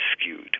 skewed